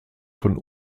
von